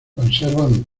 conservan